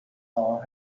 our